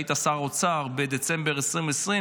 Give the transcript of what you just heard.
היית שר האוצר בדצמבר 2020,